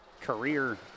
career